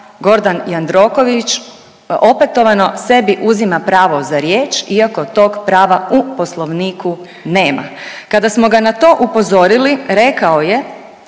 Gordan Jandroković opetovano sebi uzima pravo za riječ iako tog prava u Poslovniku nema. Kada smo ga na to upozorili rekao je